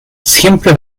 siempre